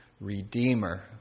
redeemer